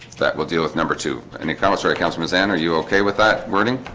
that will deal with number two any commissary councilman's anne are you okay with that wording